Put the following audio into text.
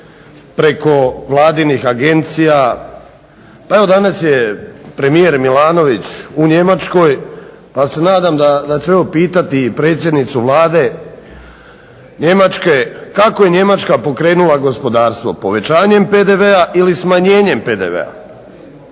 preko vladinih agencija. Evo danas je premijer Milanović u Njemačkoj, pa se nadam da će on pitati predsjednicu Vlade Njemačke kako je Njemačka pokrenula gospodarstvo povećanjem PDV-a ili smanjenjem PDV-a.